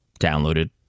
downloaded